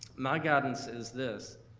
my guidance is this.